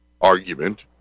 argument